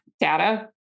data